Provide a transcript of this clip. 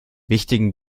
wichtigen